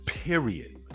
Period